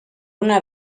una